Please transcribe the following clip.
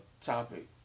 topic